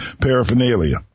paraphernalia